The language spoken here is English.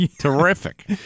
terrific